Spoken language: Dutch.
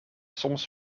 soms